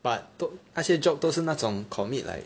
but 都那些 job 都是那种 commit like